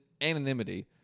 anonymity